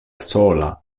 sola